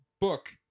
book